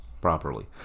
properly